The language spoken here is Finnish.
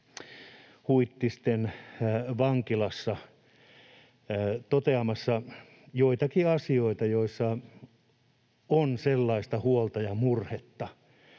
Huittisten vankilassa toteamassa joitakin asioita, joissa on sellaista huolta ja murhetta.